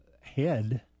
head